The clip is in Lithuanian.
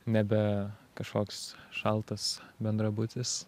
nebe kažkoks šaltas bendrabutis